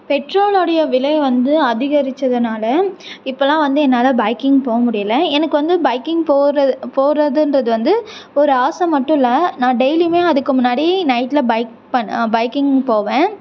பெட்ரோலுடைய விலை வந்து அதிகரிச்சதுனால் இப்போல்லாம் வந்து என்னால் பைக்கிங் போக முடியலை எனக்கு வந்து பைக்கிங் போகிறது போகிறதுன்றது வந்து ஒரு ஆசை மட்டும் இல்லை நான் டெயிலும் அதுக்கு முன்னாடி நைட்டில் பைக் பண் பைக்கிங் போவேன்